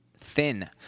Thin